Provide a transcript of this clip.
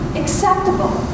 acceptable